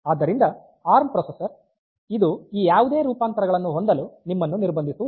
ಆದ್ದರಿಂದ A R M processor ಇದು ಈ ಯಾವುದೇ ರೂಪಾಂತರಗಳನ್ನು ಹೊಂದಲು ನಿಮ್ಮನ್ನು ನಿರ್ಬಂಧಿಸುವುದಿಲ್ಲ